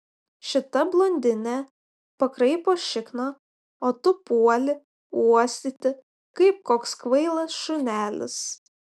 šita blondinė pakraipo šikną o tu puoli uostyti kaip koks kvailas šunelis